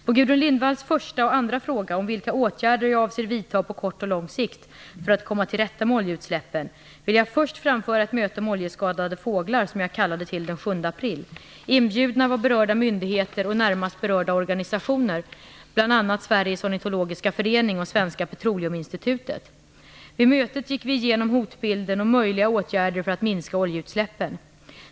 På Gudrun Lindvalls första och andra fråga om vilka åtgärder jag avser att vidtaga på kort och lång sikt för att komma till rätta med oljeutsläppen vill jag först framföra ett möte om oljeskadade fåglar som jag kallade till den 7 april. Inbjudna var berörda myndigheter och närmast berörda organisationer, bl.a. Sveriges Ornitologiska förening och Svenska Petroleuminstitutet. Vid mötet gick vi igenom hotbilden och möjliga åtgärder för att minska oljeutsläppen.